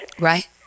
Right